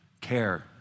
care